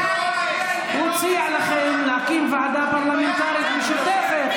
הוא הציע לכם להקים ועדה פרלמנטרית משותפת.